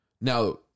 Now